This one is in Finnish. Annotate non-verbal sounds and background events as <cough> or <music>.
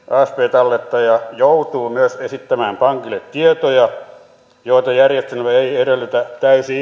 tallettaja joutuu myös esittämään pankille tietoja joita järjestelmä ei ei edellytä täysi <unintelligible>